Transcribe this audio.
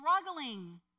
struggling